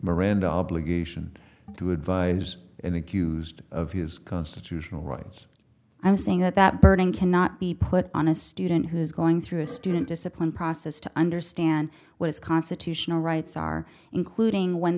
miranda obligation to advise and accused of his constitutional rights i'm saying that that burning cannot be put on a student who's going through a student discipline process to understand what his constitutional rights are including when